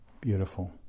Beautiful